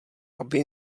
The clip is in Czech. aby